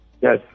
Yes